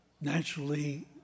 Naturally